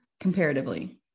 comparatively